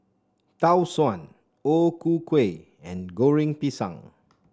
Tau Suan O Ku Kueh and Goreng Pisang